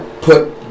Put